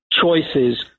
choices